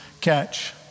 catch